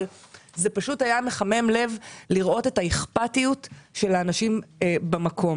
אבל זה פשוט היה מחמם לב לראות את האכפתיות של האנשים במקום.